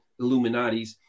Illuminatis